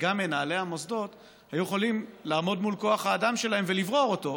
וגם מנהלי המוסדות היו יכולים לעמוד מול כוח האדם שלהם ולברור אותו,